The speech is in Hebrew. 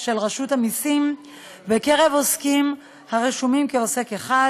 של רשות המסים בקרב עוסקים הרשומים כעוסק אחד,